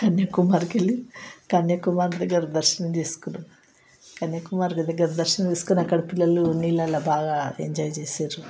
కన్యాకుమారికి వెళ్ళి కన్యాకుమారి దగ్గర దర్శనం చేసుకున్నాం కన్యాకుమారి దగ్గర దర్శనం చేసుకుని అక్కడ పిల్లలు నీళ్ళల్లో బాగా ఎంజాయ్ చేసిర్రు